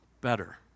better